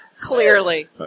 Clearly